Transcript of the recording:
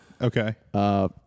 Okay